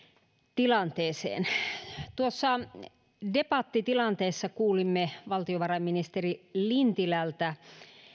tilanteeseen tuossa debattitilanteessa kuulimme valtiovarainministeri lintilältä